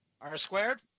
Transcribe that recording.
R-squared